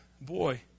boy